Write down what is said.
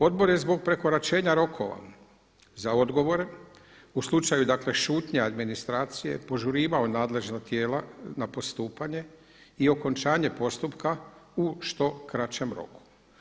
Odbor je zbog prekoračenja rokova za odgovore u slučaju dakle šutnje administracije požurivao nadležna tijela na postupanje i okončanje postupka u što kraćem roku.